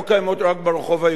הן קיימות גם ברחוב הערבי.